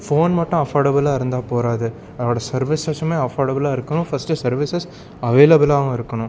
phone மட்டும் அஃபோடபுலாக இருந்தால் போறாது அதோடய சர்வீஸஸுமே அஃபோடபுலாக இருக்கணும் ஃபஸ்ட்டு சர்வீசஸ் அவைலப்புலாகவும் இருக்கணும்